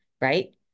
Right